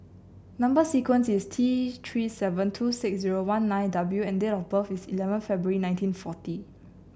number sequence is T Three seven two six zero one nine W and date of birth is eleven February nineteen forty